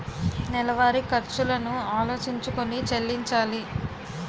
నెలవారి ఖర్చులను ఆలోచించుకొని చెల్లించాలి